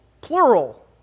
plural